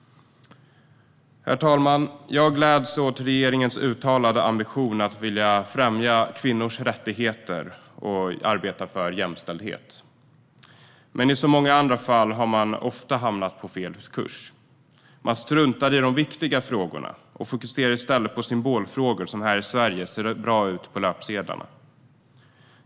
Herr talman! Jag gläds åt regeringens uttalade ambition att främja kvinnors rättigheter och arbeta för jämställdhet. Men som i så många andra fall har man ofta hamnat på fel kurs. Man struntar i de viktiga frågorna och fokuserar i stället på symbolfrågor som ser bra ut på löpsedlarna här i Sverige.